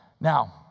Now